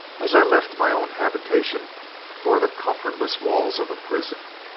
as i left my own habitation for the comfortless walls of a prison.